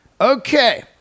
Okay